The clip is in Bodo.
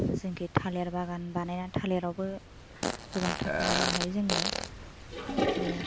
जोंखि थालिर बागान बानायनानै थालेरावबो गोबां थाखा आरजिनो हायो जोंनियाव आरो